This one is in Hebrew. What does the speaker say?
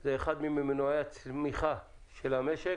זה אחד ממנועי הצמיחה של המשק.